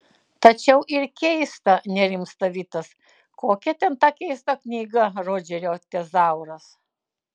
tačiau ir keista nerimsta vitas kokia ten ta keista knyga rodžerio tezauras